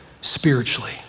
spiritually